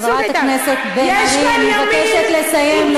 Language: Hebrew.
חברת הכנסת בן ארי, אני מבקשת לסיים.